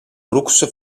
brooks